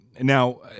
Now